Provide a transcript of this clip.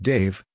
Dave